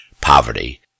poverty